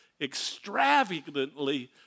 extravagantly